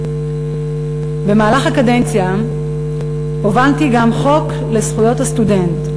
במהלך הקדנציה הובלתי גם חוק לזכויות הסטודנט.